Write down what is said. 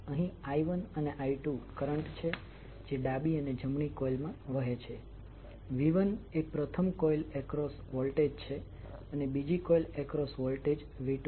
અહીં i1અને i2 current છે જે ડાબી અને જમણી કોઇલ માં વહે છે v1એ પ્રથમ કોઇલ એક્રોસ વોલ્ટેજ છે અને બીજી કોઇલ એક્રોસ વોલ્ટેજ v2છે